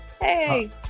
Hey